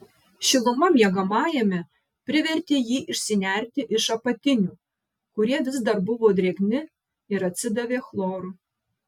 šiluma miegamajame privertė jį išsinerti iš apatinių kurie vis dar buvo drėgni ir atsidavė chloru